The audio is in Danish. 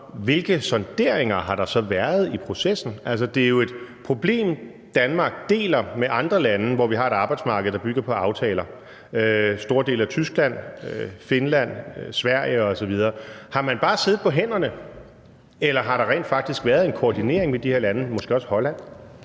hvilke sonderinger der så har været i processen? Det er jo et problem, Danmark deler med andre lande, hvor der er et arbejdsmarked, der bygger på aftaler, altså store dele af Tyskland, Finland, Sverige osv. Har man bare siddet på hænderne, eller har der rent faktisk været en koordinering med de her lande, måske også Holland?